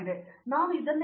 ಹಾಗಾಗಿ ನಾನು ಇದೇ ಬಯಸುತ್ತೇನೆ